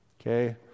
Okay